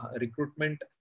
recruitment